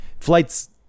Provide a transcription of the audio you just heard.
Flights